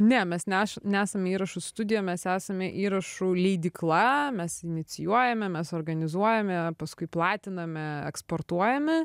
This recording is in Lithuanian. ne mes neš nesam įrašų studiją mes esame įrašų leidykla mes inicijuojame mes organizuojame paskui platiname eksportuojame